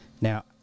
Now